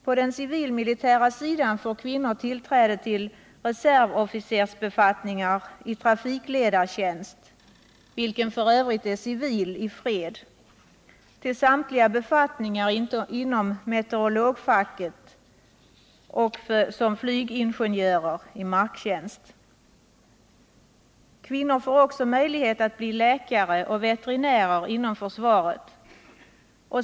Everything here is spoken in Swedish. På den civilmilitära sidan får kvinnor tillträde till reservofficersbefattningar i trafikledartjänst, vilken f. ö. är civil i fred, till samtliga befattningar inom meteorologfacket samt till befattningar som flygingenjörer i marktjänst. Kvinnor får också möjlighet att bli läkare och veterinärer inom försvaret.